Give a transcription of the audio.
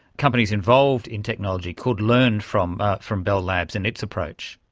companies involved in technology, could learn from from bell labs and its approach?